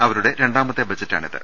അവരുടെ രണ്ടാമത്തെ ബജറ്റാണിത്